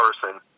person